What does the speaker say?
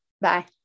Bye